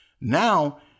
Now